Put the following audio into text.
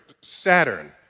Saturn